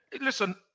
listen